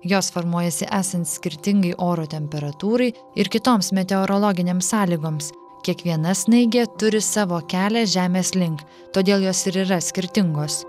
jos formuojasi esant skirtingai oro temperatūrai ir kitoms meteorologinėms sąlygoms kiekviena snaigė turi savo kelią žemės link todėl jos ir yra skirtingos